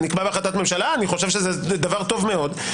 זה נקבע בהחלטת ממשלה, דבר טוב מאוד.